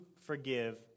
forgive